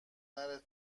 نره